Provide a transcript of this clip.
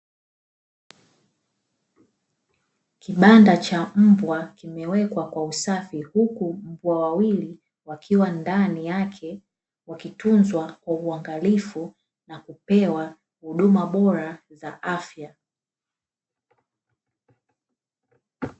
Kibanda cha mbwa kimewekwa kwa usafi huku mbwa wawili wakiwa ndani yake wakitunzwa kwa uangalifu, na kupewa huduma bora za afya.